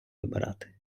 вибирати